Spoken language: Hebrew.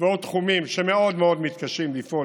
ועוד תחומים שמאוד מאוד מתקשים לפעול